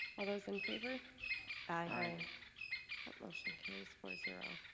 all those in favor aye motion carries four zero